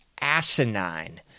asinine